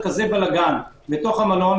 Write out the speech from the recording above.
שיוצר כזה בלגאן בתוך המלון,